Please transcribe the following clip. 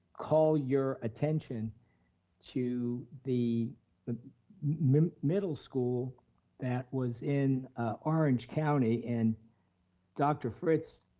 call your attention to the the middle middle school that was in orange county, and dr. fritz,